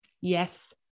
yes